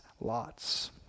lots